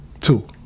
two